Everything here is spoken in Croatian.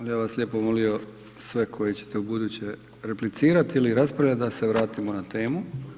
Ja bi vas lijepo molio sve koji ćete ubuduće replicirati ili raspravljati, da se vratimo na temu.